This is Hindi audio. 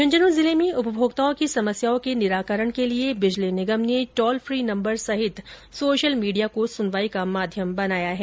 झ ं झन् जिले में उपमोक्ताओं की समस्याओं के निराकरण के लिए बिजली निगम ने टोल फ्री नंबर सहित सोशल मीडिया को सुनवाई का माध्यम बनाया है